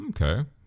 Okay